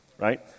right